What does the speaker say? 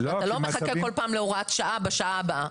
אתה לא מחכה בכל פעם להוראת שעה בשנה הבאה.